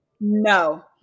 no